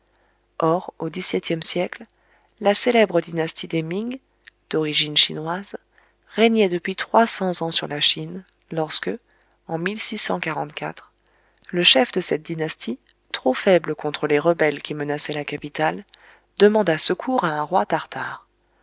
or au xviie siècle la célèbre dynastie des ming d'origine chinoise régnait depuis trois cents ans sur la chine lorsque en le chef de cette dynastie trop faible contre les rebelles qui menaçaient la capitale demanda secours à un roi tartare